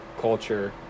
culture